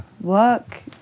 Work